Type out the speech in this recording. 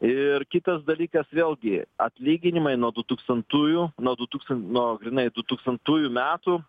ir kitas dalykas vėlgi atlyginimai nuo du tūkstantųjų nuo du tūkstan nuo grynai du tūkstantųjų metų